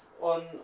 on